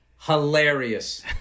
hilarious